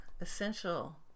essential